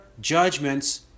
judgments